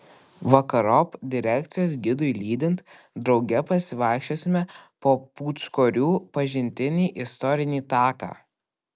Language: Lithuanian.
vakarop direkcijos gidui lydint drauge pasivaikščiosime po pūčkorių pažintinį istorinį taką